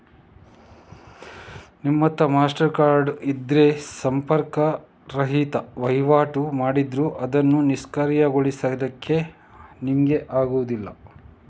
ನಿಮ್ಮತ್ರ Mastercard ಇದ್ರೆ ಸಂಪರ್ಕ ರಹಿತ ವೈವಾಟು ಮಾಡಿದ್ರೂ ಅದನ್ನು ನಿಷ್ಕ್ರಿಯಗೊಳಿಸ್ಲಿಕ್ಕೆ ನಿಮ್ಗೆ ಆಗುದಿಲ್ಲ